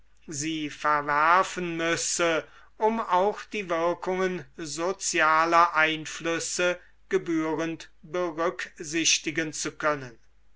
sie verwerfen müsse um auch die wirkungen sozialer einflüsse gebührend berücksichtigen zu können